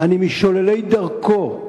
אני משוללי דרכו,